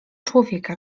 człowieka